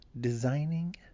designing